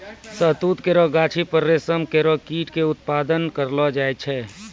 शहतूत केरो गाछी पर रेशम केरो कीट क उत्पादन करलो जाय छै